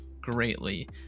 greatly